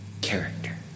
character